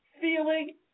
feeling